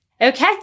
Okay